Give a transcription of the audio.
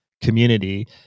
community